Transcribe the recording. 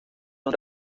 son